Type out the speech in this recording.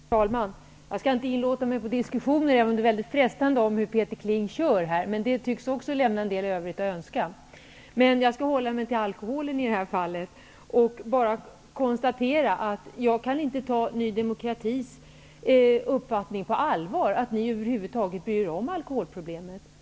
Herr talman! Jag skall inte inlåta mig på en diskussion om hur Peter Kling kör, även om det är väldigt frestande. Det tycks också lämna en del övrigt att önska. Jag skall hålla mig till alkoholen. Jag kan inte ta nydemokraterna på allvar. De bryr sig över huvud taget inte om alkoholproblemen.